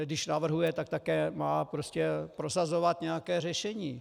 Když navrhuje, tak také má prostě prosazovat nějaké řešení.